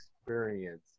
experience